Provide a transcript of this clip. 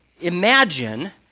imagine